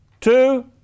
two